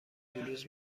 بلوز